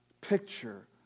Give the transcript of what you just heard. picture